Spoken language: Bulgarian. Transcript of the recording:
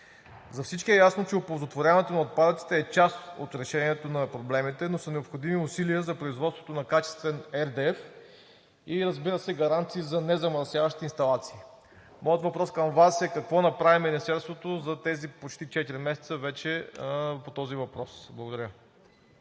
За всички е ясно, че оползотворяването на отпадъците е част от решението на проблемите, но са необходими усилия за производството на качествен RDF и, разбира се, гаранции за незамърсяващи инсталации. Моят въпрос към Вас е: какво направи Министерството по този въпрос за тези вече почти четири месеца? Благодаря.